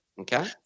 Okay